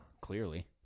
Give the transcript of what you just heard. Clearly